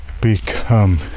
become